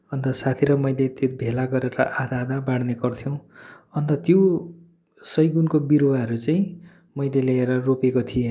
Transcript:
अन्त साथी र मैले त्यो भेला गरेर आधा आधा बाड्ने गर्थ्यौँ अन्त त्यो सैगुनको बिरुवाहरू चाहिँ मैले ल्याएर रोपेको थिएँ